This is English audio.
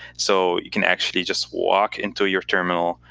so you can actually just walk into your terminal,